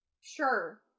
Sure